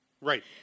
Right